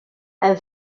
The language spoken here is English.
and